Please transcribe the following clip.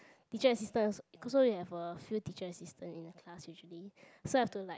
teacher assistant so so we have a few teacher assistant in a class usually so have to like